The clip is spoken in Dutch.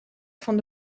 van